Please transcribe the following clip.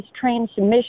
transmission